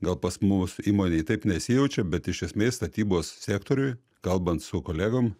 gal pas mus įmonėj taip nesijaučia bet iš esmės statybos sektoriuj kalbant su kolegom